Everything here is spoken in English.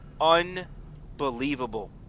unbelievable